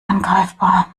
angreifbar